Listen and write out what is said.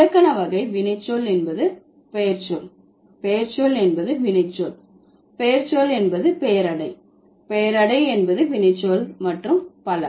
இலக்கண வகை வினைச்சொல் என்பது பெயர்ச்சொல் பெயர்ச்சொல் என்பது வினைச்சொல் பெயர்ச்சொல் என்பது பெயரடை பெயரடை என்பது வினைச்சொல் மற்றும் பல